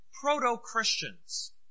proto-Christians